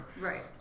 Right